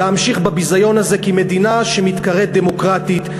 להמשיך בביזיון הזה כמדינה שמתקראת דמוקרטית?